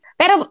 pero